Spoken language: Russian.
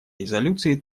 резолюции